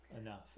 enough